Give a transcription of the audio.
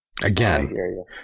Again